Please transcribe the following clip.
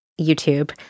YouTube